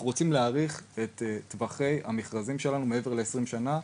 רוצים להאריך את טווחי המכרזים שלנו מעבר ל-20 שנה,